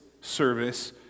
service